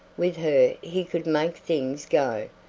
with her he could make things go,